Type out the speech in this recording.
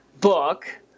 book